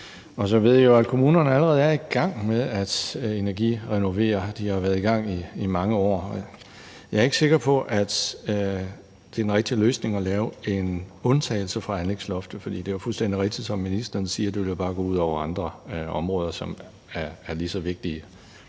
kommunerne allerede er i gang med at energirenovere. De har været i gang i mange år. Jeg er ikke sikker på, at det er den rigtige løsning at lave en undtagelse fra anlægsloftet, for det er jo fuldstændig rigtigt, som ministeren siger, at det bare vil gå ud over andre områder, som er lige så vigtige.